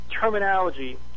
terminology